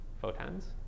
photons